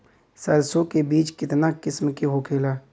सरसो के बिज कितना किस्म के होखे ला?